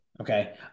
okay